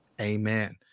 Amen